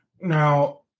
Now